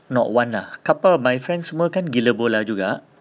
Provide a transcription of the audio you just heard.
not one ah couple of my friends semua gila bola juga